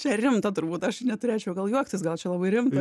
čia rimta turbūt aš neturėčiau gal juoktis gal čia labai rimta